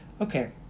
Okay